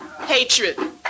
hatred